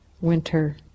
winter